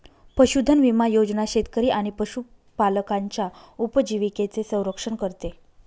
पशुधन विमा योजना शेतकरी आणि पशुपालकांच्या उपजीविकेचे संरक्षण करते